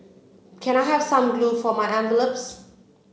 can I have some glue for my envelopes